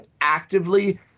actively